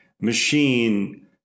machine